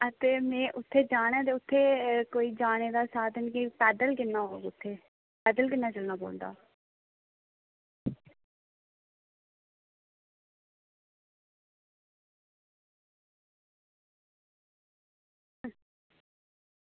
ते में उत्थें जाना ते उत्थें कोई पैदल जाना किन्ना होग उत्थें पैदल किन्ना पौंदा